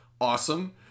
awesome